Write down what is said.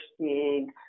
seeing